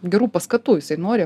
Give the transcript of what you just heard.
gerų paskatų jisai nori